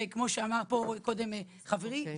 כמו שאמר כאן קודם חברי,